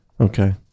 okay